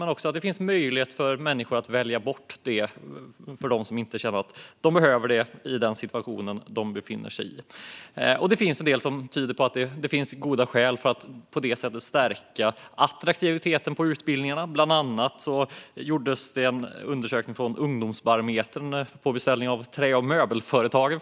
Men människor ska också kunna välja bort detta om de känner att de inte behöver det i den situation de befinner sig i. Mycket tyder på att det finns goda skäl att på detta sätt stärka attraktiviteten på utbildningarna. Ungdomsbarometern har gjort en undersökning på beställning av Trä och Möbelföretagen.